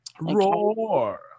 Roar